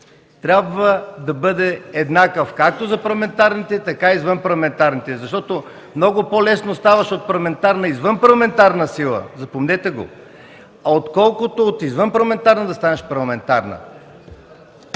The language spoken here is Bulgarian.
трябва да бъде еднакъв както за парламентарните, така и за извънпарламентарните. Защото много по-лесно ставаш от парламентарна извънпарламентарна сила – запомнете го – отколкото от извънпарламентарна да станеш парламентарна.